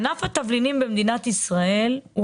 ענף התבלינים בישראל הוא